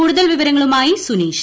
കൂടുതൽ വിവരങ്ങളുമായി സ്ുനീഷ്